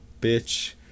bitch